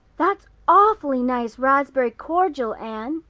that's awfully nice raspberry cordial, anne,